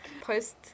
Post